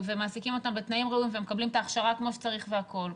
ומעסיקים אותם בתנאים ראויים ומקבלים את ההכשרה כמו שצריך והכול.